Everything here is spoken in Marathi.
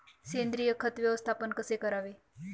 सेंद्रिय खत व्यवस्थापन कसे करावे?